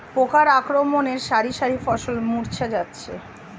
পোকার আক্রমণে শারি শারি ফসল মূর্ছা যাচ্ছে